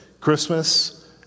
Christmas